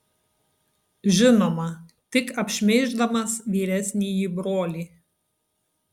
žinoma tik apšmeiždamas vyresnįjį brolį